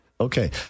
Okay